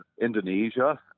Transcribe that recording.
Indonesia